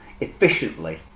efficiently